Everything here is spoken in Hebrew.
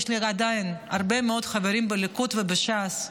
יש לי עדיין הרבה מאוד חברים בליכוד ובש"ס,